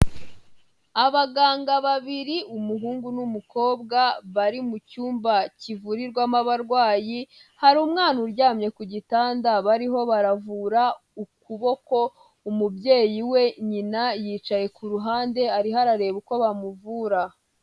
Abaganga babiri umuhungu n'umukobwa bari mu cyumba kivurirwamo abarwayi, hari umwana uryamye ku gitanda bariho baravura ukuboko, umubyeyi we nyina yicaye ku ruhande ariho arareba uko bamuvura.